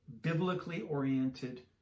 biblically-oriented